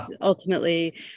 ultimately